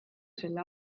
selle